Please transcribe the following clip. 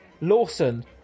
Lawson